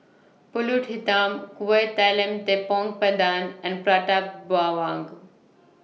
Pulut Hitam Kueh Talam Tepong Pandan and Prata Bawang